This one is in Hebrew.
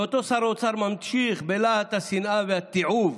ואותו שר אוצר ממשיך בלהט השנאה והתיעוב